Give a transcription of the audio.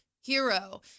hero